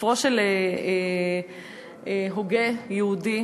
ספרו של הוגה יהודי,